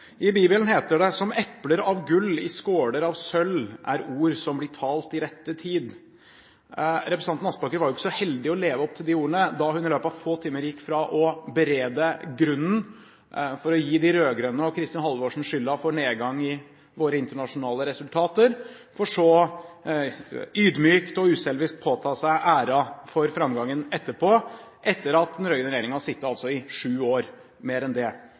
I Bibelen heter det: Som epler av gull i skåler av sølv er ord som blir talt i rette tid. Representanten Aspaker var jo ikke så heldig med å leve opp til de ordene da hun i løpet av få timer gikk fra å berede grunnen for å gi de rød-grønne og Kristin Halvorsen skylden for nedgangen i våre internasjonale resultater til ydmykt og uselvisk påta seg æren for framgangen etterpå, etter at den rød-grønne regjeringen altså har sittet i mer enn sju år.